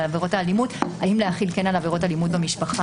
אלא על עבירות האלימות - האם להחיל על עבירות אלימות במשפחה?